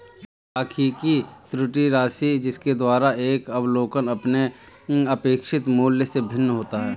एक सांख्यिकी त्रुटि राशि है जिसके द्वारा एक अवलोकन अपने अपेक्षित मूल्य से भिन्न होता है